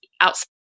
outside